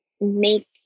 make